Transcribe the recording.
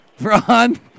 Ron